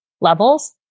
levels